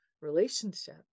relationship